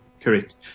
Correct